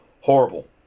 horrible